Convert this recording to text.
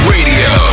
Radio